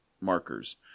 markers